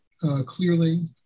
clearly